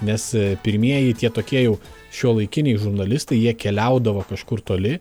nes pirmieji tie tokie jau šiuolaikiniai žurnalistai jie keliaudavo kažkur toli